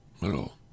little